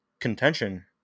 contention